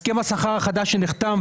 הסכם השכר החדש שנחתם,